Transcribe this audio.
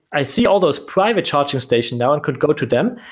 i see all those private charging station now and could go to them.